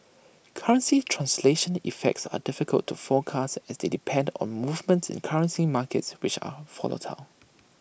currency translation effects are difficult to forecast as they depend on movements in currency markets which are volatile